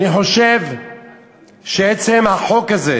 אני חושב שעצם החוק הזה,